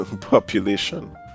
population